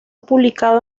publicado